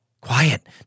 quiet